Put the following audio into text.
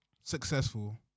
successful